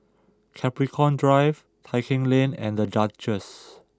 Capricorn Drive Tai Keng Lane and The Duchess